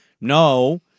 no